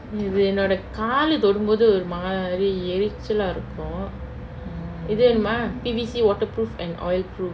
இது என்னோட காலு தொடும் போது ஒரு மாரி எரிச்சலா இருக்கு இது வேணுமா:ithu ennoda kaalu thodum pothu oru mari erichala iruku ithu venuma P_V_C water proof and oil proof